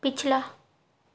ਪਿਛਲਾ